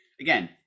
Again